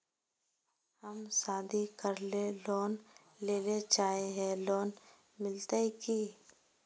हम शादी करले लोन लेले चाहे है लोन मिलते की?